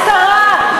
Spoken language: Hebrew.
הסדרה.